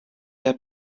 der